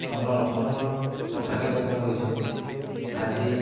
আমাৰ অসমৰ কথাকে ক'ব গৈছোঁ আজি